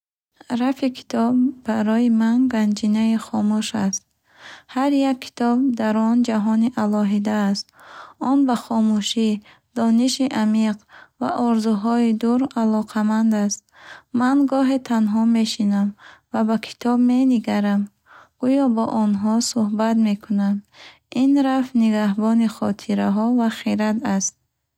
Рафи китоб барои ман ганҷинаи хомӯш аст. Ҳар як китоб дар он ҷаҳони алоҳида аст. Он бо хомӯшӣ, дониши амиқ ва орзуҳои дур алоқаманд аст. Ман гоҳе танҳо менишинам ва ба китобҳо менигарам. Гӯё бо онҳо сӯҳбат мекунам. Ин раф нигаҳбони хотираҳо ва хирад аст.